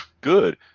Good